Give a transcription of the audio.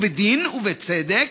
ובדין ובצדק,